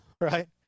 right